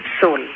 soul